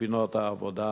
לפינות העבודה,